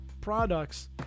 products